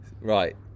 Right